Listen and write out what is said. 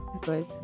good